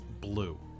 blue